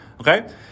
Okay